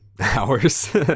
hours